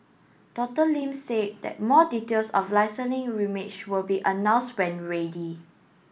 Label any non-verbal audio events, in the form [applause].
Doctor Lim said that more details of [unintelligible] will be announced when ready